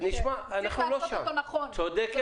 צריך לעשות אותו נכון.